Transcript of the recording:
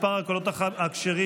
מספר הקולות הכשרים,